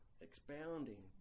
expounding